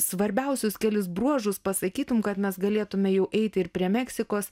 svarbiausius kelis bruožus pasakytum kad mes galėtume jau eiti ir prie meksikos